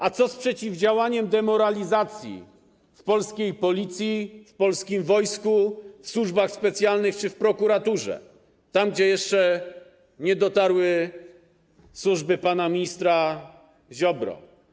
A co z przeciwdziałaniem demoralizacji w polskiej Policji, w polskim wojsku, służbach specjalnych czy prokuraturze, tam gdzie jeszcze nie dotarły służby pana ministra Ziobry?